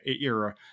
era